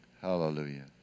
Hallelujah